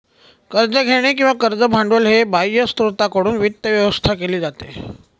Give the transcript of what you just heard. कर्ज घेणे किंवा कर्ज भांडवल हे बाह्य स्त्रोतांकडून वित्त व्यवस्था केली जाते